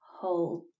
Hold